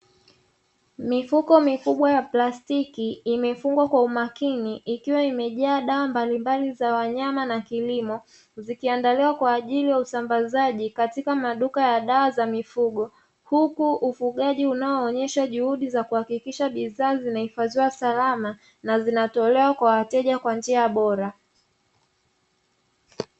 Mifuko mikubwa ya plastiki imefungwa kwa umakini, ikiwa imejaa dawa mbalimbali za wanyama na kilimo, zikiandaliwa kwa ajili ya usambazaji katika maduka ya dawa za mifugo. Huku ufugaji unaoonyesha juhudi za kuhakikisha bidhaa zinahifadhiwa salama na zinatolewa kwa wateja kwa njia bora.